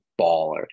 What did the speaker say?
baller